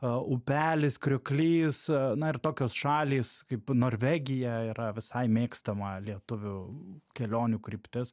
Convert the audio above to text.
a upelis krioklys na ir tokios šalys kaip norvegija yra visai mėgstama lietuvių kelionių kryptis